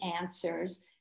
answers